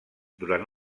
durant